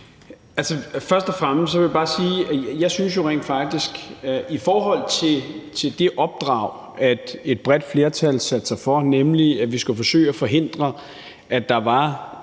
Først og fremmest vil jeg bare sige, at jeg jo rent faktisk synes, at vi – i forhold til det opdrag, som et bredt flertal satte sig for at have, nemlig at vi skulle forsøge at forhindre, at der var